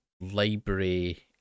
library